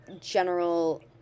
general